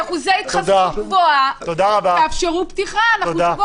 תפרסמו את נתוני ההתחסנות על פי יישובים.